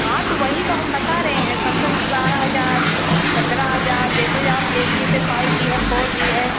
हाँ तो वही तो हम बता रहे हैं समसम की बारह हजार पन्द्रह हजार जैसे जो आप लेंगी जैसे फ़ाइव जी है फ़ोर जी है